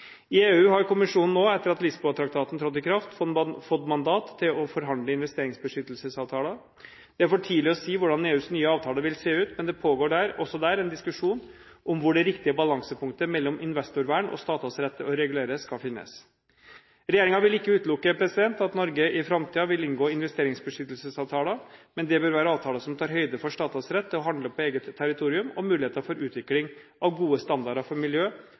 I EU har kommisjonen nå, etter at Lisboa-traktaten trådte i kraft, fått mandat til å forhandle investeringsbeskyttelsesavtaler. Det er for tidlig å si hvordan EUs nye avtaler vil se ut, men det pågår også der en diskusjon om hvor det riktige balansepunktet mellom investorvern og staters rett til å regulere skal finnes. Regjeringen vil ikke utelukke at Norge i framtiden vil inngå investeringsbeskyttelsesavtaler, men det bør være avtaler som tar høyde for staters rett til å handle på eget territorium og muligheter for utvikling av gode standarder for